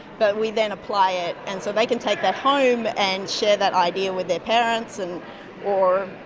but we then apply it. and so they can take that home and share that idea with their parents, and or,